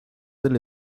del